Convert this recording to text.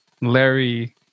Larry